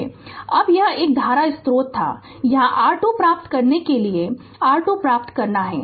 Refer Slide Time 0745 अब यह एक धारा स्रोत था यहाँ R2 प्राप्त करने के लिए R2 प्राप्त करना है